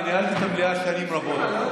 ניהלתי את המליאה שנים רבות,